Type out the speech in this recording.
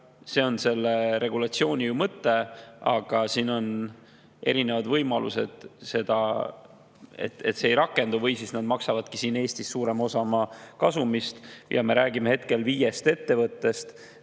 see on selle regulatsiooni mõte. Aga siin on erinevad võimalused, et see ei rakendu või nad maksavadki siin Eestis suurema osa oma kasumist. Ja me räägime hetkel viiest ettevõttest,